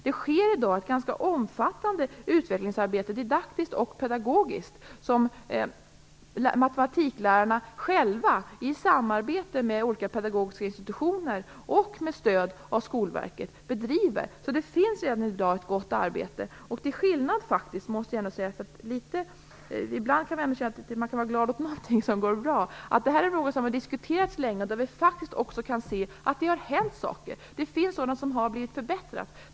Det sker ett ganska omfattande didaktiskt och pedagogiskt utvecklingsarbete som matematiklärarna själva i samarbete med olika pedagogiska institutioner och med stöd från Skolverket bedriver. Det pågår alltså redan i dag ett gott arbete. Man kan ändå vara glad åt någonting som går bra. Detta har diskuterats länge, och man kan nu se att det faktiskt har hänt saker. Det har gjorts förbättringar.